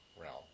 realm